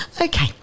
Okay